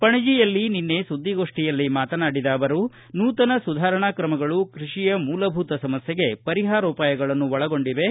ಪಣಜಿಯಲ್ಲಿ ನಿನ್ನೆ ಸುದ್ದಿಗೋಷ್ಠಿಯಲ್ಲಿ ಮಾತನಾಡಿದ ಅವರು ನೂತನ ಸುಧಾರಣಾ ಕ್ರಮಗಳು ಕೃಷಿಯ ಮೂಲಭೂತ ಸಮಸ್ಥೆಗೆ ಪರಿಹಾರೋಪಾಯಗಳನ್ನು ಒಳಗೊಂಡಿವೆ